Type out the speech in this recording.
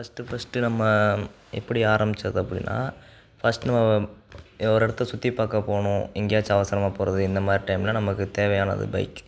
first first நம்ம எப்படி ஆரம்பித்தது அப்படின்னா ஃபஸ்ட் ஒரு இடத்த சுற்றி பார்க்க போனோம் எங்கேயாச்சும் அவசரமாக போகிறது இந்த மாதிரி டைமில் நமக்கு தேவையானது பைக்